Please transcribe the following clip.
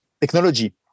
technology